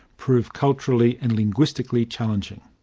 prove culturally and linguistically challenging.